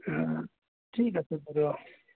অঁ ঠিক আছে বাৰু অঁ